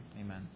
Amen